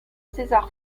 césar